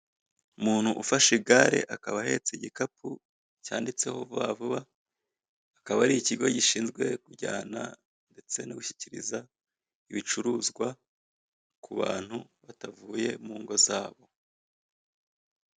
Umuntu ufashe igare, akaba ahetse igikapu cyanditseho vuba vuba, akaba ari ikigo gishinzwe kujyana ndetse no gushyikiriza ibicuruzwa ku bantu batavuye mu ngo zabo.